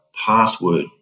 password